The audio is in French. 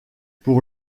pour